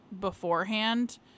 beforehand